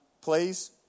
Please